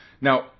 Now